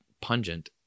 pungent